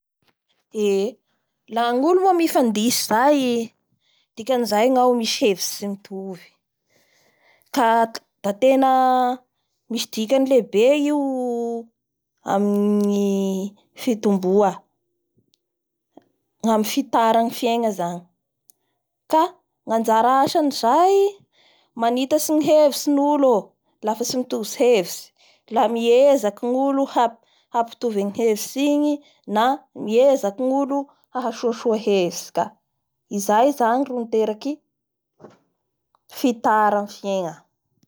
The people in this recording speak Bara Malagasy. Eee! La ny olo moa mifandihintsy zay dikan'izay ngaomisy hevitsy tsy mitovy ka at- da tena misy dikany lehibe io amin'ny gny fitomboa gnamin'ny fitaran'ny fiegna zany ka by abajara san'izay manitatsy ny hevitsin'gnolo fa tsy mitovy hev